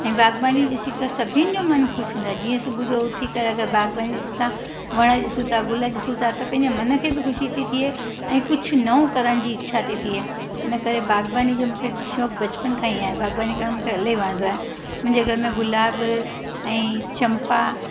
ऐं बागबानी ॾिसी करे सभिनि जो मनु ख़ुशि हुंदो आहे जीअं सुबुह जो उथी करे अगरि बागबानी ॾिसूं था वण ॾिसूं गुल ॾिसूं था त पंहिंजे मन खे बि ख़ुशी थी थिए ऐं कुझु नओं करण जी इच्छा थी थिए उनकरे बागबानी जो मूंखे शौक़ु बचपन खां ई आहे बागबानी करणु मूंखे इलाही वणंदो आहे मुंहिंजे घर में गुलाब ऐं चंपा